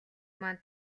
маань